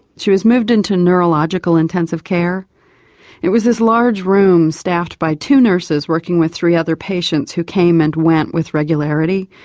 she was moved into neurological intensive care it was this large room staffed by two nurses working with three other patients who came and went with regularity.